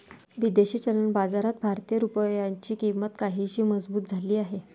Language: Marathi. विदेशी चलन बाजारात भारतीय रुपयाची किंमत काहीशी मजबूत झाली आहे